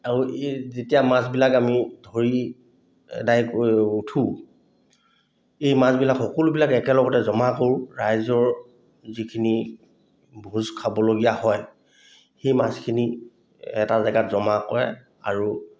আৰু এই যেতিয়া মাছবিলাক আমি ধৰি এদায় কৰি উঠোঁ এই মাছবিলাক সকলোবিলাক একেলগতে জমা কৰোঁ ৰাইজৰ যিখিনি ভোজ খাবলগীয়া হয় সেই মাছখিনি এটা জেগাত জমা কৰে আৰু